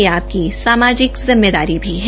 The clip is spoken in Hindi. यह आपकी समाजिक जिम्मेदारी भी है